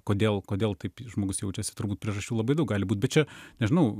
kodėl kodėl taip žmogus jaučiasi turbūt priežasčių labai daug gali būt bet čia nežinau